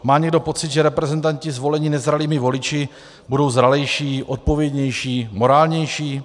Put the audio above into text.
Má někdo pocit, že reprezentanti zvolení nezralými voliči budou zralejší, odpovědnější, morálnější?